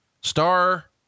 Star